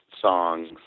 songs